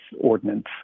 ordinance